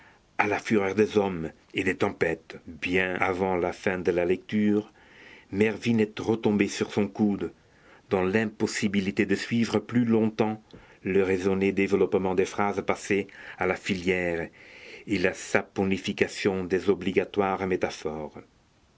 à la fureur des hommes et des tempêtes bien avant la fin de la lecture mervyn est retombé sur son coude dans l'impossibilité de suivre plus longtemps le raisonné développement des phrases passées à la filière et la saponification des obligatoires métaphores